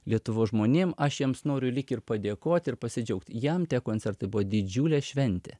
lietuvos žmonėm aš jiems noriu lyg ir padėkot ir pasidžiaugt jam tie koncertai buvo didžiulė šventė